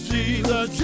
Jesus